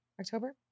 October